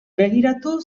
begiratu